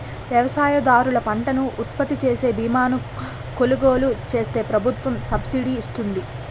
వ్యవసాయదారులు పంటను ఉత్పత్తిచేసే బీమాను కొలుగోలు చేస్తే ప్రభుత్వం సబ్సిడీ ఇస్తుంది